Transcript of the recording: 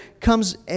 comes